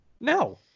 No